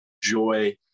joy